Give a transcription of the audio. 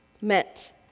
meant